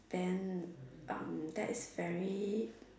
then um that is very